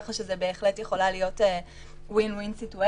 ככה שזאת באמת יכול להיות win- win situation.